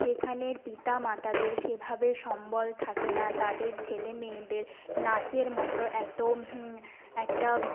সেখানের পিতা মাতাদের সেভাবে সম্বল থাকে না তাদের ছেলে মেয়েদের নাচের মতো এতো একটা